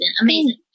amazing